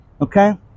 Okay